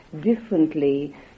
differently